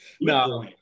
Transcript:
No